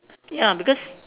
ya because